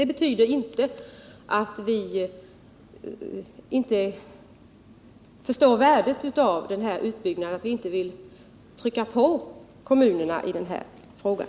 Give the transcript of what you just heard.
Det betyder inte att vi inte förstår värdet av utbyggnaden eller att vi inte vill trycka på kommunerna i frågan.